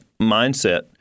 mindset